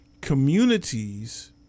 communities